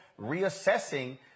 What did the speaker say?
reassessing